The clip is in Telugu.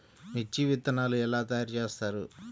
మిర్చి విత్తనాలు ఎలా తయారు చేస్తారు?